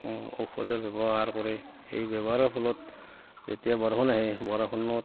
ঔষধৰ ব্যৱহাৰ কৰে সেই ব্যৱহাৰৰ ফলত যেতিয়া বৰষুণ আহে বৰষুণত